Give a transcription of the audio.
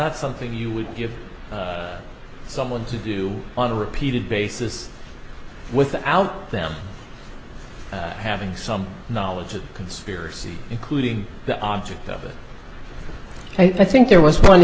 not something you would someone to do on a repeated basis without them having some knowledge of conspiracy including the object of it i think there was one